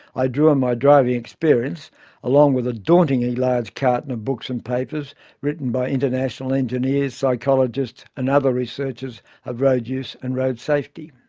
i drew on my driving experience along with a dauntingly large carton of books and papers written by international engineers, psychologists and other researchers of road use and road safety.